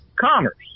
commerce